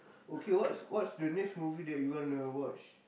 okay what's what's the next movie that you wanna watch